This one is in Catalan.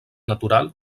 natural